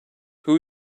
who